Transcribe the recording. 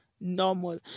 normal